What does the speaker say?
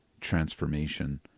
transformation